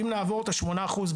אם נעבור את השמונה אחוז,